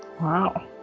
Wow